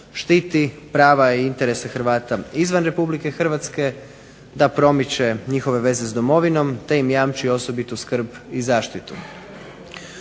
štiti prava i interese Hrvata izvan Republike Hrvatske, da promiče njihove veze s domovinom, te im jamči osobitu skrb i zaštitu.